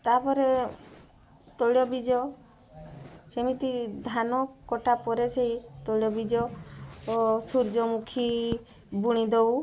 ତା'ପରେ ତୈଳବୀଜ ସେମିତି ଧାନ କଟାପରେ ସେଇ ତୈଳବୀଜ ସୂର୍ଯ୍ୟମୁଖୀ ବୁଣିଦଉ